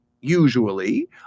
usually